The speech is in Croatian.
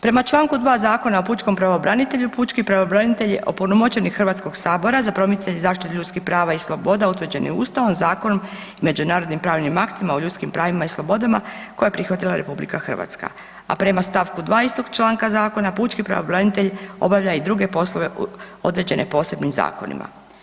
Prema članku 2. Zakona o pučkom pravobranitelju pučki pravobranitelj je opunomoćenik Hrvatskog sabora za promicanje zaštite ljudskih prava i sloboda utvrđenih Ustavom, zakonom i međunarodnim pravnim aktima o ljudskim pravima i slobodama koje je prihvatila RH a prema stavku 2. istog članka zakona pučki pravobranitelj obavlja i druge poslove određene posebnim zakonima.